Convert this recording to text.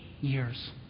years